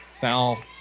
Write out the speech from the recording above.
Foul